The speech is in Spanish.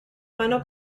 mano